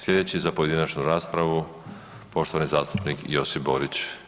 Sljedeći za pojedinačnu raspravu, poštovani zastupnik Josip Borić.